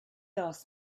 asked